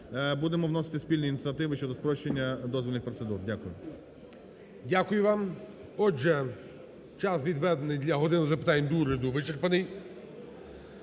Будемо вносити спільні ініціативи щодо спрощення дозвільних процедур. Дякую. ГОЛОВУЮЧИЙ. Дякую вам. Отже, час, відведений для "години запитань до Уряду", вичерпаний.